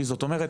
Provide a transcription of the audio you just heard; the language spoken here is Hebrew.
זאת אומרת,